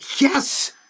Yes